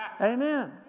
amen